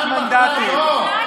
61 מנדטים.